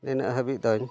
ᱱᱤᱱᱟᱹᱜ ᱦᱟᱹᱵᱤᱡ ᱫᱚᱧ